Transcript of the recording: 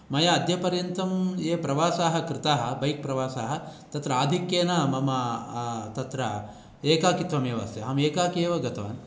मया अद्यपर्यन्तं ये प्रवासाः कृताः बैक् प्रवासाः तत्र आधिक्येन मम तत्र एकाकित्वमस्ति अहम् एकाकी एव गतवान्